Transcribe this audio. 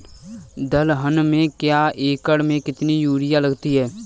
दलहन में एक एकण में कितनी यूरिया लगती है?